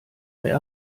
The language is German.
mehr